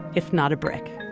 if not a brick.